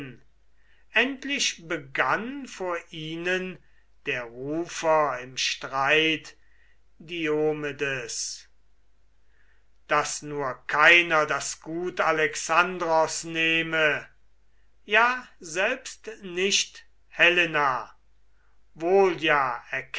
endlich begann vor ihnen der rufer im streit diomedes daß nur keiner das gut alexandros nehme ja selbst nicht helena wohl ja